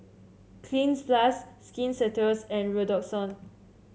Cleanz Plus Skin Ceuticals and Redoxon